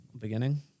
Beginning